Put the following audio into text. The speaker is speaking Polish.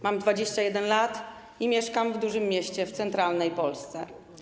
Mam 21 lat i mieszkam w dużym mieście w centralnej Polsce.